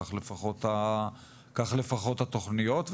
כך לפחות התוכניות,